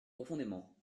profondément